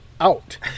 out